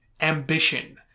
ambition